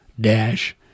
dash